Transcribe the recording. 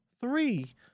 three